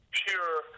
pure